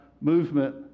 movement